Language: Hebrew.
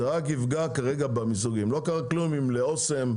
זה רק יפגע כרגע במיזוגים, לא קרה כלום אם לאוסם,